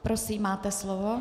Prosím, máte slovo.